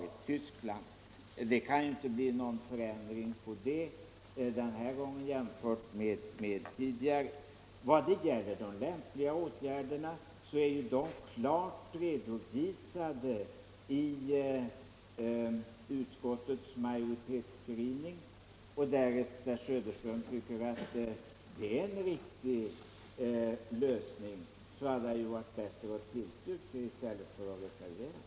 I det avseendet skulle det inte bli någon förändring jämfört med föregående år. Vad beträffar de lämpliga åtgärderna är dessa klart redovisade i utskottsmajoritetens skrivning. Därest herr Söderström tycker att det är en riktig lösning, så hade det ju varit bättre att ansluta sig till denna.